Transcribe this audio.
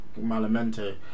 Malamente